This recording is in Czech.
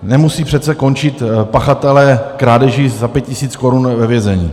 Nemusí přece končit pachatelé krádeží za 5 tisíc korun ve vězení.